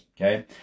Okay